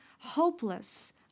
hopeless